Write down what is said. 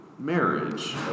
Marriage